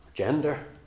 gender